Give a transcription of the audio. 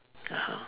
(uh huh)